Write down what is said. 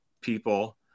people